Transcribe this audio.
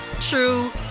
true